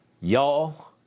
Y'all